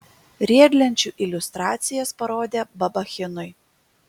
riedlenčių iliustracijas parodė babachinui